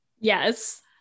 Yes